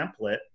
template